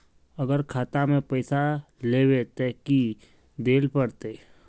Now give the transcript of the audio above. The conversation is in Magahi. अगर खाता में पैसा लेबे ते की की देल पड़ते?